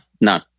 No